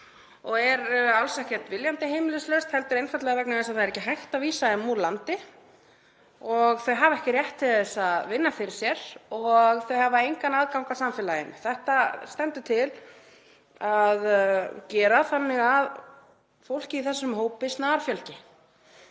og er alls ekki viljandi heimilislaust heldur einfaldlega vegna þess að það er ekki hægt að vísa þeim úr landi og þau hafa ekki rétt til að vinna fyrir sér og þau hafa engan aðgang að samfélaginu. Þetta stendur til að gera þannig að fólki í þessum hópi snarfjölgi.